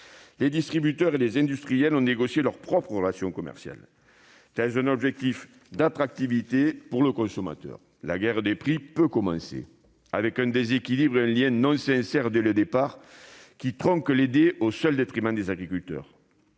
les distributeurs et les industriels ont négocié leur propre relation commerciale, l'objectif étant l'attractivité pour le consommateur. La guerre des prix peut commencer avec, dès le départ, un déséquilibre et un lien non sincère qui pipent les dés au seul détriment des agriculteurs.